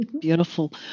Beautiful